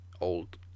old